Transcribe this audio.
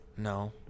No